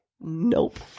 Nope